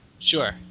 Sure